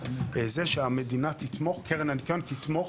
שהמדינה תתמוך, קרן הניקיון תתמוך